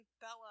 Bella